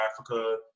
Africa